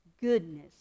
goodness